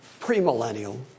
premillennial